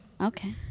Okay